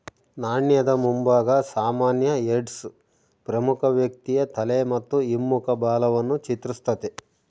ನಾಣ್ಯದ ಮುಂಭಾಗ ಸಾಮಾನ್ಯ ಹೆಡ್ಸ್ ಪ್ರಮುಖ ವ್ಯಕ್ತಿಯ ತಲೆ ಮತ್ತು ಹಿಮ್ಮುಖ ಬಾಲವನ್ನು ಚಿತ್ರಿಸ್ತತೆ